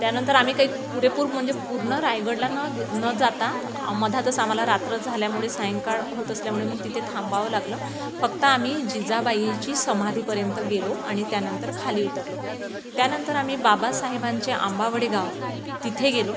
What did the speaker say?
त्यानंतर आम्ही काही पुरेपूर म्हणजे पूर्ण रायगडला न न जाता मधातच आम्हाला रात्र झाल्यामुळे सायंकाळ होत असल्यामुळे मग तिथे थांबावं लागलं फक्त आम्ही जिजाबाईची समाधीपर्यंत गेलो आणि त्यानंतर खाली उतरलो त्यानंतर आम्ही बाबासाहेबांचे आंबावडे गाव तिथे गेलो